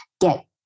get